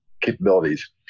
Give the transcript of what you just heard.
capabilities